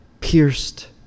pierced